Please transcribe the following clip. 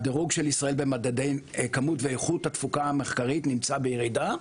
הדירוג של ישראל במדדי כמות ואיכות התפוקה המחקרית נמצא בירידה.